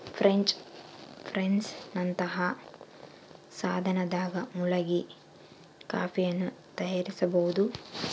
French press ನಂತಹ ಸಾಧನದಾಗ ಮುಳುಗಿ ಕಾಫಿಯನ್ನು ತಯಾರಿಸಬೋದು